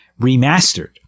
remastered